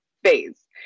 phase